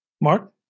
Mark